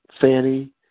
Fanny